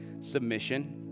submission